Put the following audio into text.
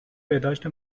بهداشت